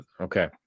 okay